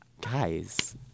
Guys